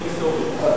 לסתור את זה.